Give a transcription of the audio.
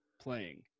playing